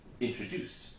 introduced